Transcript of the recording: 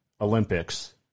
Olympics